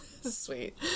Sweet